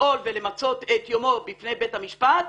ולפעול ולמצות את יומו בפני בית המשפט,